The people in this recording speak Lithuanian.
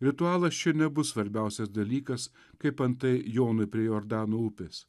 ritualas čia nebus svarbiausias dalykas kaip antai jonui prie jordano upės